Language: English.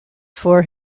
for